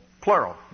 Plural